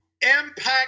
Impact